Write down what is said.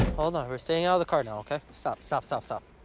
hold on. we're staying out of the car now, ok? stop, stop, stop, stop.